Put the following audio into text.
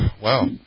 Wow